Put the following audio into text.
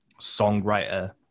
songwriter